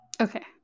Okay